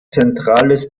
zentrales